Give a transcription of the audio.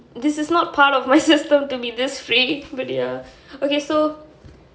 this is not part of my system to be this free but ya okay so